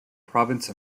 province